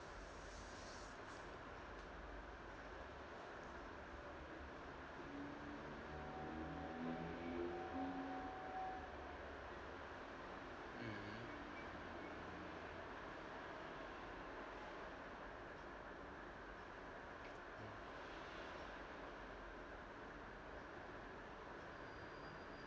mm mm